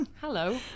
hello